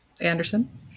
anderson